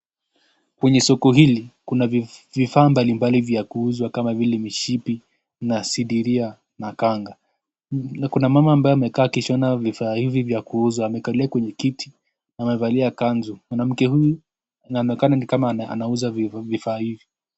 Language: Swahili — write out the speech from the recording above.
Kwenye soko ili kuna vifaa mbalii mbalii vya kuuzwa kama vile mshipi na sindiria na kanga, na kuna mama ambaye amekaa akishona vifaa hivi vya kuuza, amekalia kwenye kiti amevalia kanzu mwanamke huyu amekaa nikama anauza vifaa hivi.